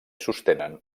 sostenen